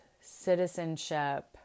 citizenship